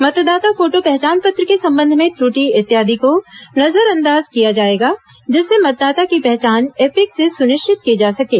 मतदाता फोटो पहचान पत्र के संबंध में त्रटि इत्यादि को नजरअंदाज किया जाएगा जिससे मतदाता की पहचान ईपिक से सुनिश्चित की जा सकें